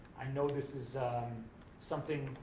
i know this is um something,